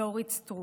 ואורית סטרוק.